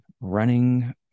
running